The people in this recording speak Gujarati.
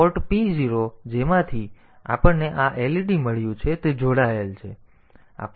પોર્ટ p0 જેમાંથી આપણને આ led મળ્યું છે તે જોડાયેલ છે